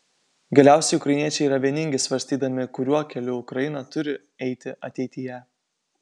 galiausiai ukrainiečiai yra vieningi svarstydami kuriuo keliu ukraina turi eiti ateityje